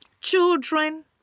children